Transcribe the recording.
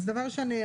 אז דבר ראשון,